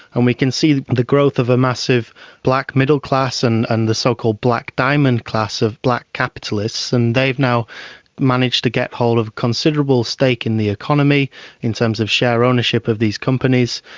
and we can see the growth of a massive black middle class and and the so-called black diamond class of black capitalists, and they've now managed to get hold of a considerable stake in the economy in terms of share ownership of these companies.